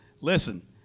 listen